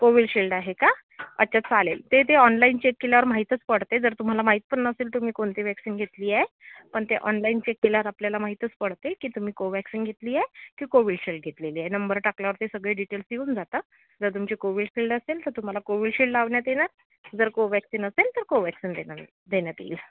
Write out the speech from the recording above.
Covishield आहे का अच्छा चालेल ते ते ऑनलाइन चेक केल्यावर माहीतच पडते जर तुम्हाला माहित पण नसेल तुम्ही कोणती वॅक्सिन घेतली आहे पण ते ऑनलाइन चेक केल्यावर आपल्याला माहीतच पडते की तुम्ही कोवॅक्सीन घेतली आहे की कोवील्डशिल्ड घेतलेली आहे नंबर टाकल्यावर ते सगळे डिटेल्स येऊन जातात जर तुमची कोवील्डशिल्ड असेल तर तुम्हाला कोवील्डशिल्ड लावण्यात येणार जर कोवॅक्सीन असेल तर कोवॅक्सीन देना देण्यात येईल